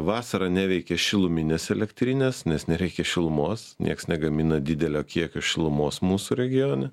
vasarą neveikia šiluminės elektrinės nes nereikia šilumos nieks negamina didelio kiekio šilumos mūsų regione